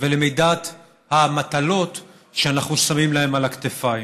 ולמידת המטלות שאנחנו שמים להם על הכתפיים,